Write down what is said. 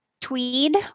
tweed